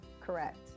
correct